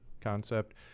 concept